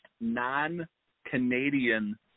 non-Canadian